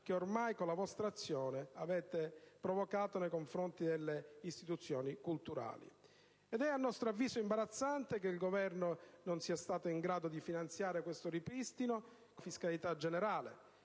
che, ormai, con la vostra azione, avete provocato nei confronti delle istituzioni culturali. È, a nostro avviso, imbarazzante che il Governo non sia stato in grado di finanziare questo ripristino con la fiscalità generale,